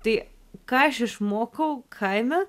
tai ką aš išmokau kaime